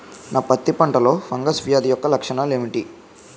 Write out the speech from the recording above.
నా పత్తి పంటలో ఫంగల్ వ్యాధి యెక్క లక్షణాలు ఏంటి?